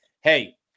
Hey